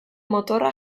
motorra